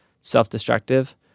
self-destructive